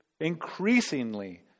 increasingly